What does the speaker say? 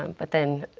um but then,